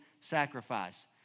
sacrifice